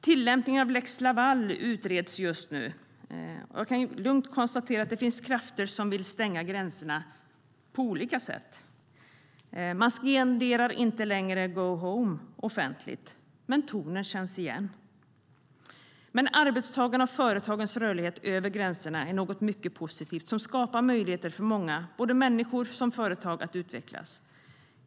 Tillämpningen av lex Laval utreds just nu. Jag kan konstatera att det finns krafter som på olika sätt vill stänga gränserna. Man skanderar inte längre "Go home!" offentligt, men tonen känns igen. Men arbetstagarnas och företagens rörlighet över gränserna är något mycket positivt som skapar möjligheter för många, både människor och företag, att utvecklas.